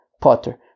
Potter